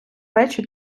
печі